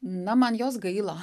na man jos gaila